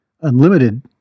unlimited